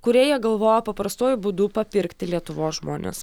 kuria jie galvojo paprastuoju būdu papirkti lietuvos žmones